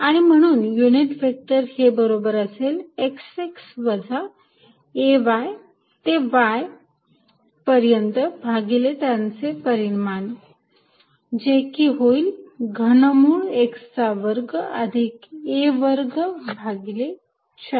आणि म्हणून unit vector हे बरोबर असेल x x वजा a y ते y पर्यंत भागिले त्याचे परिमाण जे की होईल घनमुळ x वर्ग अधिक a वर्ग भागिले 4